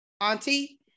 auntie